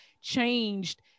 changed